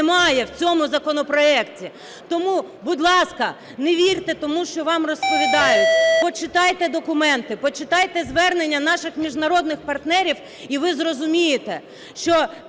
немає в цьому законопроекті! Тому, будь ласка, не вірте тому, що вам розповідають. Почитайте документи, почитайте звернення наших міжнародних партнерів, і ви зрозумієте, що